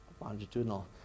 longitudinal